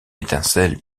étincelle